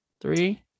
Three